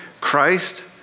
Christ